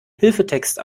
hilfetext